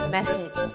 message